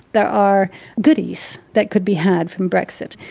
there are goodies that could be had from brexit.